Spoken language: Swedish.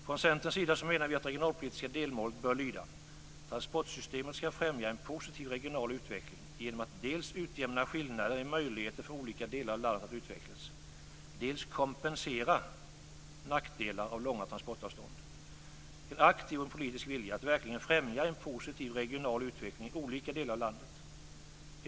Från Centerns sida menar vi att det regionalpolitiska delmålet bör lyda: "Transportsystemet skall främja en positiv regional utveckling genom att dels utjämna skillnader i möjligheter för olika delar av landet att utvecklas, dels kompensera nackdelar av långa transportavstånd." Det skulle vara att visa en aktiv och en politisk vilja att verkligen främja en positiv regional utveckling i olika delar av landet.